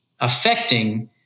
affecting